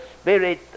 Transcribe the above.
spirit